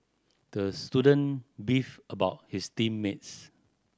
the student beefed about his team mates